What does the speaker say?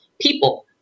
people